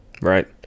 right